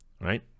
Right